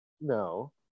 no